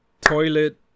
toilet